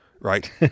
right